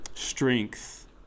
strength